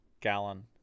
gallon